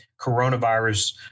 coronavirus